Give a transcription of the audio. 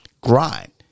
Grind